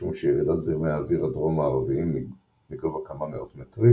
משום שירידת זרמי האוויר הדרום-מערביים מגובה כמה מאות מטרים